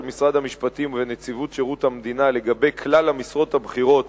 משרד המשפטים ונציבות שירות המדינה לגבי כלל המשרות הבכירות